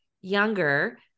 younger